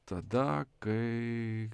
tada kai